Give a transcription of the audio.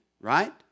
right